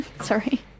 Sorry